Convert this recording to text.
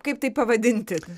kaip tai pavadinti